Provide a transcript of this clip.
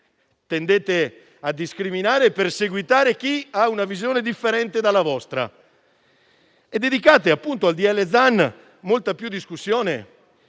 tendete a discriminare e perseguitare chi ha una visione differente dalla vostra e dedicate appunto a quel provvedimento molta più discussione